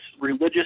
religious